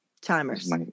timers